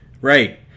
Right